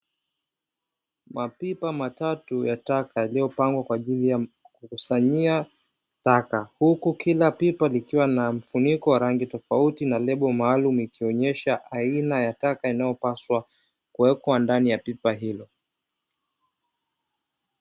Mapipa matatu ya taka yaliyopangwa kwa ajili ya kukusanyia taka, huku kila pipa likiwa na mfuniko wa rangi tofauti na lebo maalumu ikionesha aina ya taka inayopaswa kuwekwa ndani ya pipa hilo.